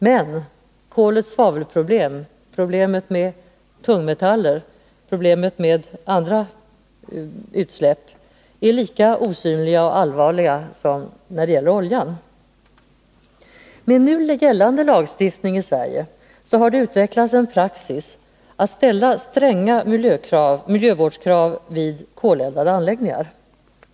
Men kolets svavelproblem — problemen med tungmetaller och andra utsläpp — är lika osynliga och allvarliga som när det gäller oljan. Med nu gällande lagstiftning i Sverige har det utvecklats en praxis att ställa stränga miljövårdskrav vid koleldade anläggningar.